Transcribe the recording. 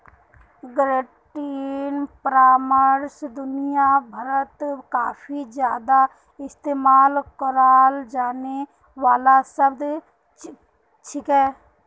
credit परामर्श दुनिया भरत काफी ज्यादा इस्तेमाल कराल जाने वाला शब्द छिके